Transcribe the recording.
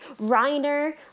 Reiner